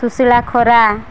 ସୁୁଷୁଳା ଖରା